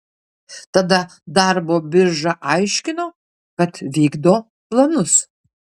tada darbo birža aiškino kad vykdo planus